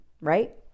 Right